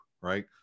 right